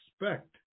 respect